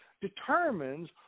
determines